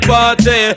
Party